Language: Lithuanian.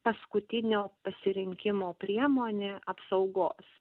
paskutinio pasirinkimo priemonė apsaugos